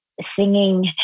singing